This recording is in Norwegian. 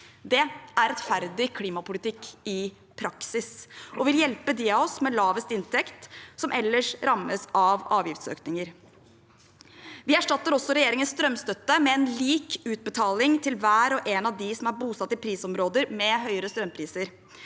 Det er rettferdig klimapolitikk i praksis og vil hjelpe dem av oss med lavest inntekt, som ellers rammes av avgiftsøkninger. Vi erstatter også regjeringens strømstøtte med en lik utbetaling til hver og en av dem som er bosatt i prisområder med høyere strømpriser.